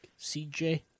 CJ